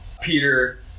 Peter